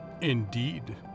Indeed